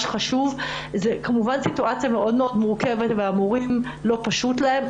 כמובן שזאת סיטואציה מאוד מורכבת ולא פשוטה למורים,